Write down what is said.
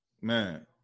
Man